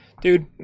Dude